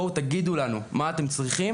תגידו לנו מה אתם צריכים